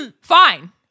fine